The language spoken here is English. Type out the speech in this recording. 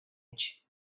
edge